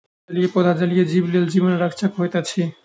जलीय पौधा जलीय जीव लेल जीवन रक्षक होइत अछि